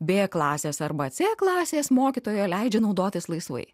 b klasės arba c klasės mokytoja leidžia naudotis laisvai